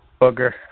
Bugger